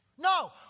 No